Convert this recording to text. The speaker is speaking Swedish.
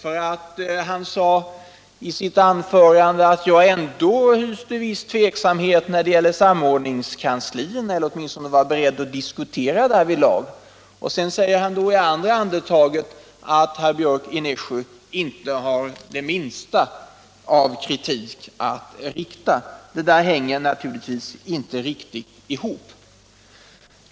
Han påstod i sitt första anförande att jag hyser viss tveksamhet när det gäller samordningskanslierna eller att jag åtminstone var beredd att diskutera dem, men i nästa andetag sade han att jag inte har det allra minsta av kritik att rikta mot dem. Detta hänger naturligtvis inte riktigt ihop.